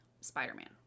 Spider-Man